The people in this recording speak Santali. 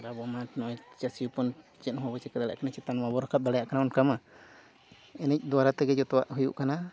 ᱟᱨ ᱟᱵᱚᱢᱟ ᱱᱚᱜᱼᱚᱸᱭ ᱪᱟᱹᱥᱤ ᱦᱚᱯᱚᱱ ᱪᱮᱫ ᱦᱚᱸ ᱵᱟᱵᱚ ᱪᱤᱠᱟᱹ ᱫᱟᱲᱮᱭᱟᱜ ᱠᱟᱱᱟ ᱪᱮᱛᱟᱱ ᱵᱟᱵᱚᱱ ᱨᱟᱠᱟᱵ ᱫᱟᱲᱮᱭᱟᱜ ᱠᱟᱱᱟ ᱚᱱᱠᱟᱢ ᱮᱱᱮᱡ ᱫᱳᱣᱟᱨᱟ ᱛᱮᱜᱮ ᱡᱚᱛᱚᱣᱟᱜ ᱦᱩᱭᱩᱜ ᱠᱟᱱᱟ